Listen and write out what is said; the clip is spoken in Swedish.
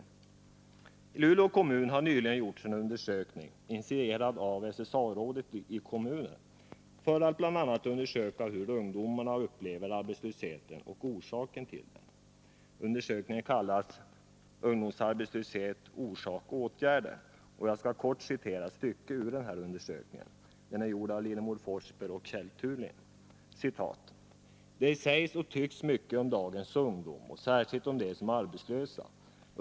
I Luleå kommun har nyligen gjorts en undersökning, initierad av SSA-rådet i kommunen, för att bl.a. undersöka hur ungdomarna upplever arbetslösheten och orsakerna till den. Undersökningen kallas Ungdomsarbetslöshet — orsak — åtgärder. Jag skall citera ett kort stycke ur denna undersökning, som är gjord av Lillemor Forsberg och Kjell Tunlind: ”Det sägs och tycks mycket om dagens ungdom och särskilt om de som är arbetslösa.